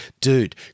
Dude